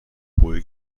hohe